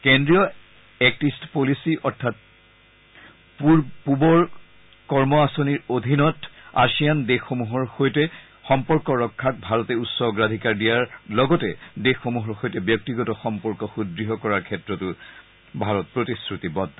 কেন্দ্ৰীয় চৰকাৰৰ act east policy অৰ্থাৎ পূৱৰ কৰ্ম আঁচনিৰ অধীনত আছিয়ান দেশসমূহৰ সৈতে সম্পৰ্ক ৰক্ষাক ভাৰতে উচ্চ অগ্ৰাধিকাৰ দিয়া লগতে দেশসমূহৰসৈতে ব্যক্তিগত সম্পৰ্ক সুদ্য় কৰাৰ ক্ষেত্ৰত প্ৰতিশ্ৰুতিবদ্ধ